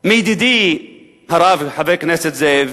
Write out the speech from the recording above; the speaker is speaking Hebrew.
מידידי הרב חבר הכנסת זאב,